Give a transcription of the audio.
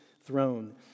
throne